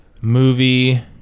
movie